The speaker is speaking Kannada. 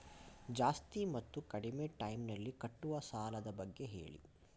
ಜಾಸ್ತಿ ಮತ್ತು ಕಡಿಮೆ ಟೈಮ್ ನಲ್ಲಿ ಕಟ್ಟುವ ಸಾಲದ ಬಗ್ಗೆ ಹೇಳಿ